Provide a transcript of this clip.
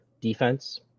defense